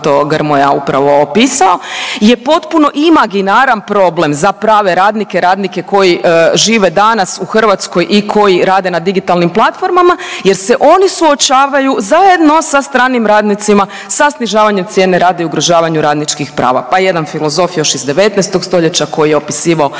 to Grmoja upravo opisao, je potpuno imaginaran problem za prave radnike, radnike koji žive danas u Hrvatskoj i koji rade na digitalnim platformama jer se oni suočavaju zajedno sa stranim radnicima sa snižavanjem cijene rada i ugrožavanju radničkih prava. Pa je jedan filozof još iz 19. stoljeća koji je opisivao